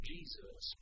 Jesus